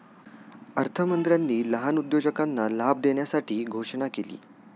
अर्थमंत्र्यांनी लहान उद्योजकांना लाभ देण्यासाठी घोषणा केली